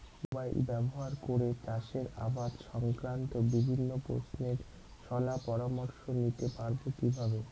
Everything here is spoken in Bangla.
মোবাইল ব্যাবহার করে চাষের আবাদ সংক্রান্ত বিভিন্ন প্রশ্নের শলা পরামর্শ নিতে পারবো কিভাবে?